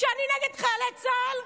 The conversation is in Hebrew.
שאני נגד חיילי צה"ל?